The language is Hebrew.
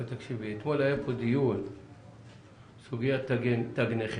אתמול היה כאן דיון בסוגיית תג נכה.